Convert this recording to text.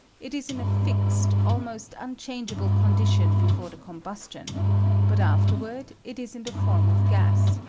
it is in a fixed, almost unchangeable condition before the combustion but afterward it is in the form of gas,